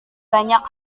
banyak